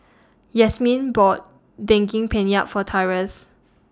Yasmeen bought Daging Penyet For Tyrus